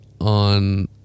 on